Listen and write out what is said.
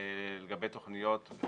לגבי תוכניות,